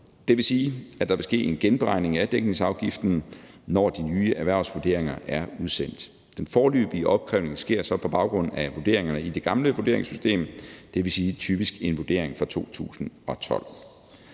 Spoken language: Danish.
Det vil sige, at der vil ske en genberegning af dækningsafgiften, når de nye erhvervsvurderinger er udsendt. Den foreløbige opkrævning sker så på baggrund af vurderinger i det gamle vurderingssystem, dvs. typisk en vurdering fra 2012.